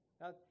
Now